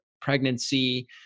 pregnancy